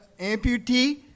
amputee